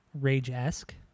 rage-esque